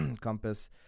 Compass